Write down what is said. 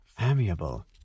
amiable